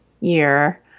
year